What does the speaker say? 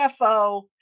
CFO